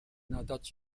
nadat